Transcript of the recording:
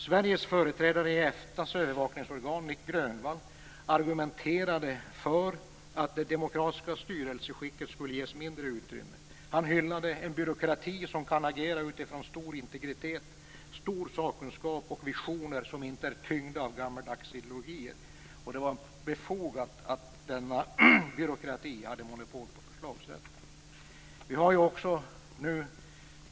Sveriges företrädare i EFTA:s övervakningsorgan, Nic Grönvall, argumenterade för att det demokratiska styrelseskicket skulle ges ett mindre utrymme. Han hyllade en "byråkrati som kan agera utifrån stor integritet, stor sakkunskap och visioner som inte är tyngda av gammeldags ideologier". Det var befogat att denna byråkrati hade monopol på förslagsrätten.